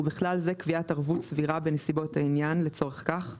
ובכלל זה קביעת ערבות סבירה בנסיבות העניין לצורך כך ;